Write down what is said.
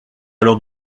alors